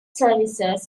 services